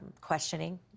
questioning